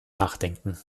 nachdenken